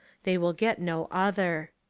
they will get no other.